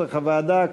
כנוסח הוועדה,